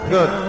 Good